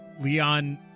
Leon